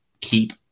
Keep